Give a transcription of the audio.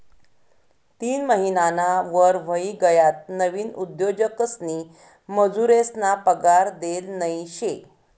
तीन महिनाना वर व्हयी गयात नवीन उद्योजकसनी मजुरेसना पगार देल नयी शे